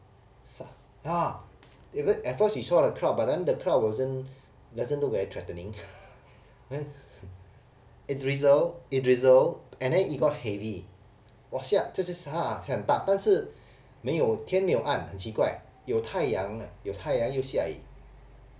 ya at first we saw a cloud but then the cloud wasn't doesn't look very threatening then it drizzle it drizzle and then it got heavy 我想这是啥 but 但是没有天没有暗很奇怪有太阳有太阳又下雨